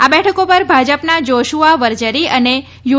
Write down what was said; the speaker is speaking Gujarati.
આ બેઠક ઉપર ભાજપના જોશુઆ વરજરી અને યુ